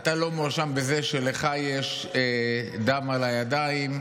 אתה אמרת שחמאס זה נכס.